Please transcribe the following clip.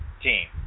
team